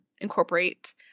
incorporate